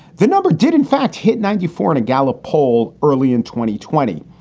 the number did in fact hit ninety four in a gallup poll early in twenty twenty,